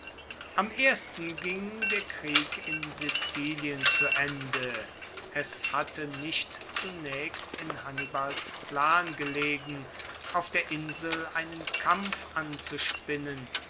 am ersten ging der krieg in sizilien zu ende es hatte nicht zunaechst in hannibals plan gelegen auf der insel einen kampf anzuspinnen